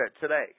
today